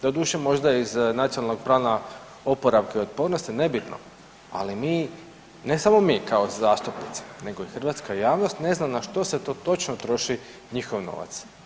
Doduše možda iz Nacionalnog plana oporavka i otpornosti, nebitno, ali mi, ne samo mi kao zastupnici nego i hrvatska javnost ne zna na što se to točno troši njihov novac.